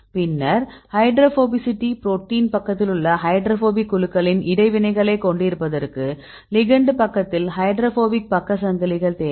பின்னர் hydrophobicity protein பக்கத்தில் உள்ள ஹைட்ரோபோபிக் குழுக்களின் இடைவினைகளைக் கொண்டிருப்பதற்கு லிகெண்ட் பக்கத்தில் ஹைட்ரோபோபிக் பக்க சங்கிலிகள் தேவை